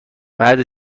بعد